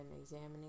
examining